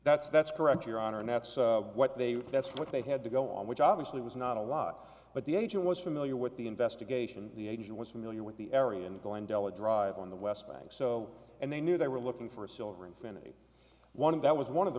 that's that's correct your honor and that's what they that's what they had to go on which obviously was not a lot but the agent was familiar with the investigation the agent was familiar with the area in glendale a drive on the west bank so and they knew they were looking for a silver infinity one that was one of the